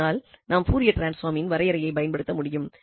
ஆதலால் நாம் பூரியர் டிரான்ஸ்பாமின் வரையறையைப் பயன்படுத்த முடியும்